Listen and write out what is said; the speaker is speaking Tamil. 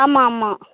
ஆமாம் ஆமாம்